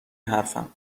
حرفم